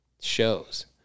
shows